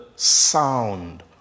sound